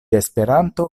esperanto